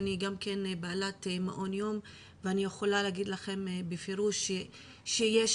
אני בעלת מעון יום ואני יכולה להגיד לכם בפירוש שיש